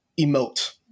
emote